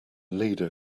leader